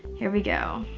here we go,